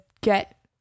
get